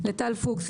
לטל פוקס,